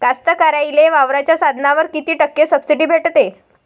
कास्तकाराइले वावराच्या साधनावर कीती टक्के सब्सिडी भेटते?